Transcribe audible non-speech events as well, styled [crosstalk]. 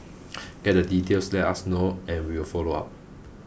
[noise] get the details let us know and we will follow up